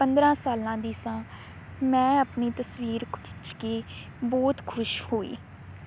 ਪੰਦਰ੍ਹਾਂ ਸਾਲਾਂ ਦੀ ਸਾਂ ਮੈਂ ਆਪਣੀ ਤਸਵੀਰ ਖਿੱਚ ਕੇ ਬਹੁਤ ਖੁਸ਼ ਹੋਈ